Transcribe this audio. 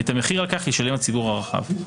את המחיר על כך ישלם הציבור הרחב.